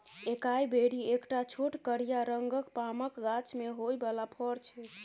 एकाइ बेरी एकटा छोट करिया रंगक पामक गाछ मे होइ बला फर छै